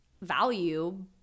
value